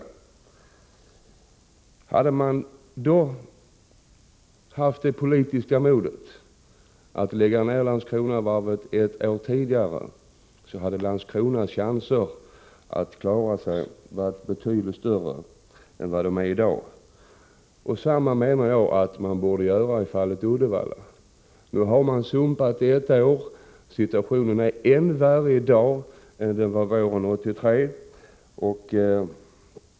Om socialdemokraterna hade haft det politiska modet att lägga ned Landskronavarvet ett år tidigare, hade Landskronas chanser att klara sig varit betydligt större än de i dag är. Samma sak gäller i fallet Uddevalla. Nu har man sumpat ett år. Situationen är i dag ännu värre än den var våren 1983.